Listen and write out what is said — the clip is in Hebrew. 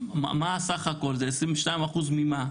מה זה הסך הכל, זה 22% ממה?